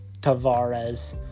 Tavares